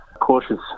cautious